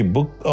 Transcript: Book